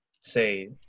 say